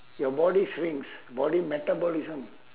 your body shrinks body metabolism